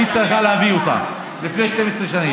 היית צריכה להביא אותה לפני 12 שנים.